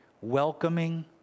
Welcoming